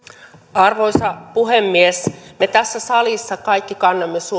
arvoisa puhemies me tässä salissa kaikki kannamme